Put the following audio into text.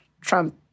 Trump